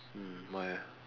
mm why eh